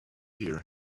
here